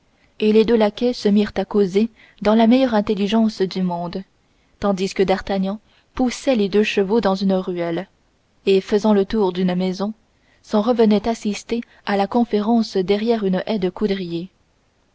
et les deux laquais se mirent à causer dans la meilleure intelligence du monde tandis que d'artagnan poussait les deux chevaux dans une ruelle et faisant le tour d'une maison s'en revenait assister à la conférence derrière une haie de coudriers